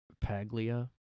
Paglia